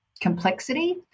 complexity